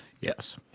Yes